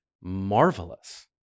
marvelous